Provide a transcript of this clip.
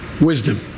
wisdom